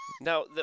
Now